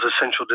essential